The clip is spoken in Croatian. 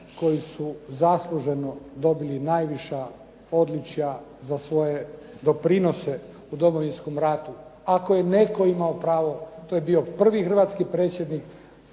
koji su zaslužno dobili odličja za svoje doprinose u Domovinskom ratu. Ako je netko imao pravo, to je bio prvi hrvatski predsjednik,